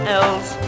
else